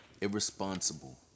irresponsible